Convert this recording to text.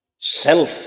Self